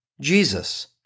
Jesus